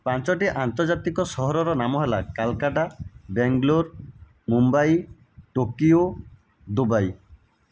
ପାଞ୍ଚଟି ଆନ୍ତର୍ଜାତିକ ସହରର ନାମ ହେଲା କୋଲକତା ବେଙ୍ଗଲୁର ମୁମ୍ବାଇ ଟୋକିଓ ଦୁବାଇ